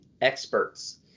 experts